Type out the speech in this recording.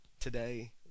today